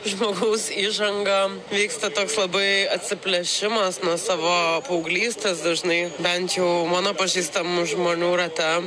žmogaus įžangą vyksta toks labai atsiplėšimas nuo savo paauglystės dažnai bent jau mano pažįstamų žmonių rate